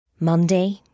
Monday